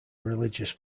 religious